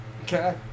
Okay